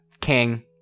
King